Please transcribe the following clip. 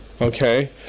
Okay